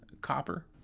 copper